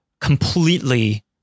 completely